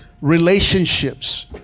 relationships